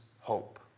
hope